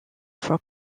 for